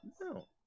No